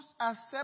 accept